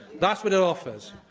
that's what it offers.